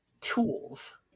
Tools